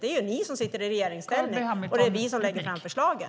Det är ni som sitter i regeringsställning, men det är vi som lägger fram förslagen.